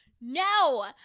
No